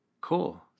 Cool